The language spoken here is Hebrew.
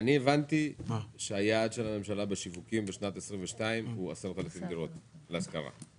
אני הבנתי שהיעד של הממשלה בשיווקים בשנת 2022 הוא 10,000 דירות להשכרה.